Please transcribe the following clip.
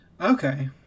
Okay